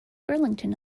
burlington